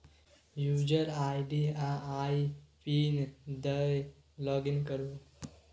user ID आ आइ PIN दए लागिन करु